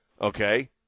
okay